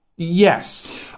Yes